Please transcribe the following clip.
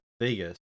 Vegas